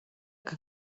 que